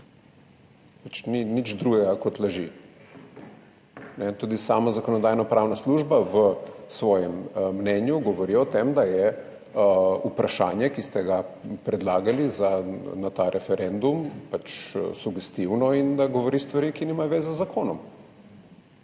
nič drugega kot laži. Tudi sama Zakonodajno-pravna služba v svojem mnenju govori o tem, da je vprašanje, ki ste ga predlagali za ta referendum, pač sugestivno in da govori o stvareh, ki nimajo zveze z zakonom.